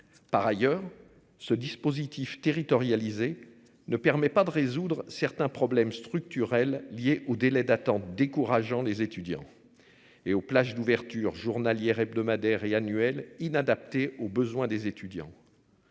Par ailleurs ce dispositif territorialisée ne permet pas de résoudre certains problèmes structurels, liés aux délais d'attente décourageant les étudiants. Et aux plages d'ouverture journalière hebdomadaire et annuel inadaptés aux besoins des étudiants.